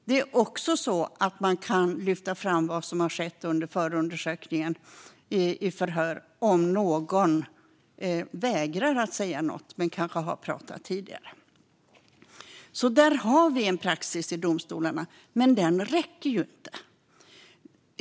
Man kan också lyfta fram vad som har skett under förundersökningen i förhör om någon vägrar att säga något men kanske har pratat tidigare. Där har vi en praxis i domstolarna. Men den räcker inte.